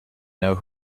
know